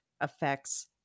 affects